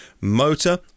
motor